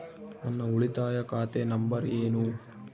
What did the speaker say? ನನ್ನ ಉಳಿತಾಯ ಖಾತೆ ನಂಬರ್ ಏನು?